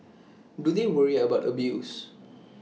do they worry about abuse